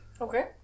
Okay